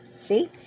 See